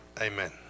Amen